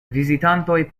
vizitantoj